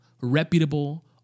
reputable